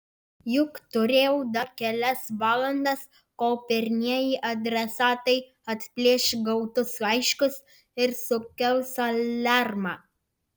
juk turėjau dar kelias valandas kol pirmieji adresatai atplėš gautus laiškus ir sukels aliarmą